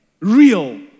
Real